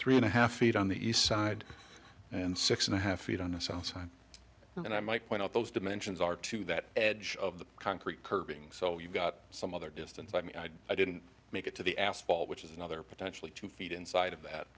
three and a half feet on the east side and six and a half feet on the south side and i might point out those dimensions are to that edge of the concrete curving so you've got some other distance i mean i didn't make it to the asphalt which is another potentially two feet inside of that